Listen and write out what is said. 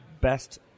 best